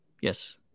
yes